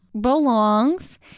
belongs